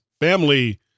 family